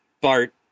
Bart